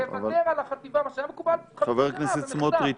-- תוותר על החטיבה שהיה מקובל 50 שנה במחטף,